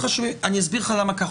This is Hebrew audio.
אני אסביר לך למה.